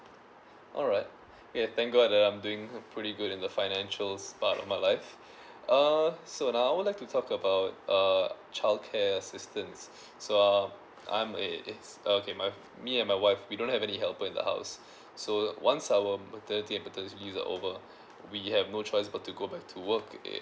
alright okay thank god um I'm doing pretty good in the financial part of my life uh so now I would like to talk about uh childcare assistance so uh I'm a okay my me and my wife we don't have any helpers in the house so once our maternity and paternity leaves are over we have no choice but to go back to work eh